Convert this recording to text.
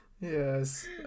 Yes